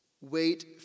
wait